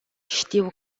știu